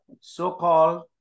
So-called